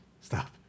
stop